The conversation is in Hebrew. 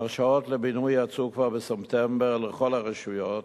ההרשאות לבינוי יצאו כבר בספטמבר לכל הרשויות